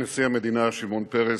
אישי נשיא המדינה שמעון פרס,